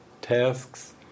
tasks